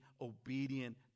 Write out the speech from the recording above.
obedient